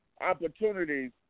opportunities